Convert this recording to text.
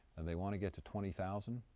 and they want to get to twenty thousand.